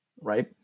right